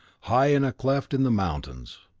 high in a cleft in the mountains.